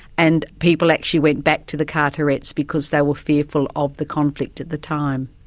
and people actually went back to the carterets because they were fearful of the conflict at the time.